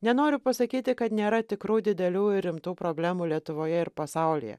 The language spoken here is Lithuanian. nenoriu pasakyti kad nėra tikrų didelių ir rimtų problemų lietuvoje ir pasaulyje